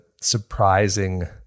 surprising